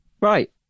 right